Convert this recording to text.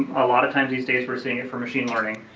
a lot of times these days we're seeing it for machine learning.